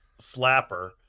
slapper